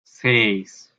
seis